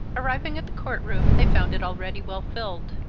arriving at the court-room, they found it already well filled.